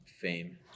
fame